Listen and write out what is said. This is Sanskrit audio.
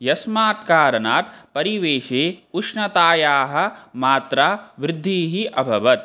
यस्मात् कारणात् परिवेषे उष्णतायाः मात्रावृद्धिः अभवत्